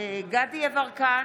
גדי יברקן,